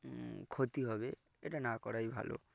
ক্ষতি হবে এটা না করাই ভালো